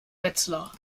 wetzlar